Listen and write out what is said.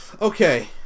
Okay